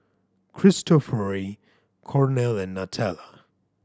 Cristofori Cornell and Nutella